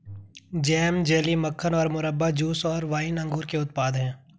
jam, jelly, मक्खन और मुरब्बा, जूस और वाइन अंगूर के उत्पाद हैं